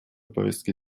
повестки